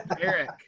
Eric